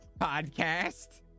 podcast